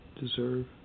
deserve